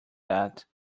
that